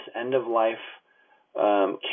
end-of-life